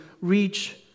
reach